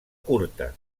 curta